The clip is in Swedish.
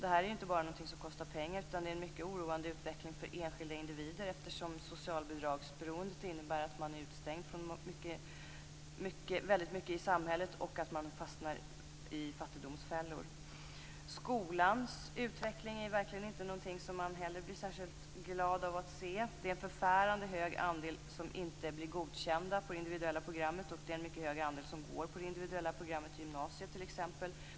Det här är inte bara någonting som kostar pengar utan en mycket oroande utveckling för enskilda individer, eftersom socialbidragsberoendet innebär att man är utestängd från väldigt mycket i samhället och att man fastnar i fattigdomsfällor. Skolans utveckling är verkligen inte någonting som man heller blir speciellt glad av att se. Det är en förfärande hög andel som inte blir godkända på det individuella programmet. Det är en mycket hög andel som går på det individuella programmet i gymnasiet.